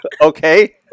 Okay